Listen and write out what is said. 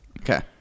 Okay